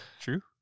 true